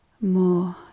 more